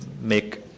make